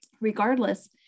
regardless